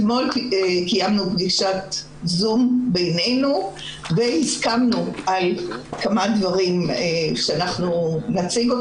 אתמול קיימנו פגישת זום בינינו והסכמנו על כמה דברים שאנחנו נציג.